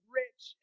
rich